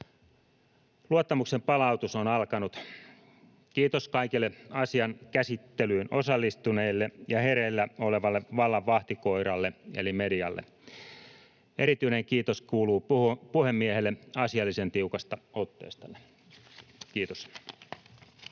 Luottamuksen palautus on alkanut — kiitos kaikille asian käsittelyyn osallistuneille ja hereillä olevalle vallan vahtikoiralle eli medialle. Erityinen kiitos kuuluu puhemiehelle asiallisen tiukasta otteestanne. — Kiitos.